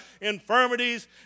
infirmities